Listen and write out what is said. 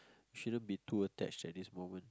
shouldn't be too attached at this moment